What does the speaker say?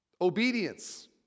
Obedience